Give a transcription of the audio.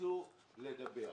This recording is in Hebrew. וניסו לדבר.